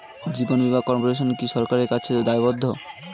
জীবন বীমা কর্পোরেশন কি সরকারের কাছে দায়বদ্ধ?